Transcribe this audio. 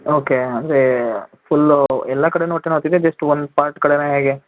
okay ಅಂದರೆ full ಎಲ್ಲ ಕಡೆನೂ ಹೊಟ್ಟೆ ನೋಯ್ತಿದ್ಯಾ ಜಸ್ಟ್ ಒಂದು ಪಾರ್ಟ್ ಕಡೆನಾ ಹೇಗೆ